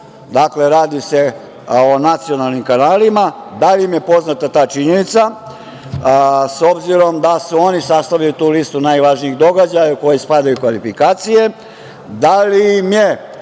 Dakle radi se o nacionalnim kanalima. Da li im je poznata ta činjenica, s obzirom da su oni sastavili tu lisu najvažnijih događaja u kojoj spadaju kvalifikacije. Da li im je